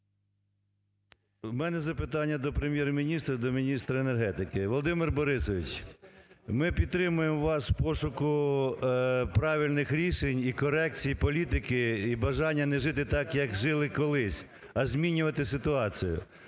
У мене запитання до Прем'єр-міністра, до міністра енергетики. Володимир Борисович, ми підтримуємо вас в пошуку правильних рішень і корекції політики, і бажання не жити так, як жили колись, а змінювати ситуацію.